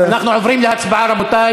אנחנו עוברים להצבעה, רבותי.